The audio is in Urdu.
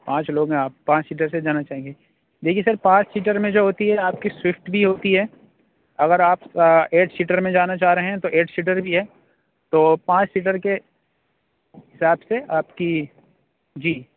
پانچ لوگ ہیں آپ پانچ سیٹر سے جانا چاہیں گے دیکھیے سر پانچ سیٹر میں جو ہوتی ہے آپ کی سوئفٹ بھی ہوتی ہے اگر آپ ایٹ سیٹر میں جانا چاہ رہے ہیں تو ایٹ سیٹر بھی ہے تو پانچ سیٹر کے حساب سے آپ کی جی